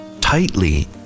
tightly